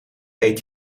eet